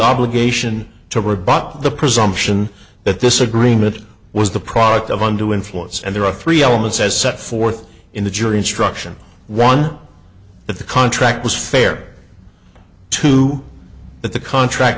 obligation to rebut the presumption that this agreement was the product of undue influence and there are three elements as set forth in the jury instruction one of the contract was fair to the contract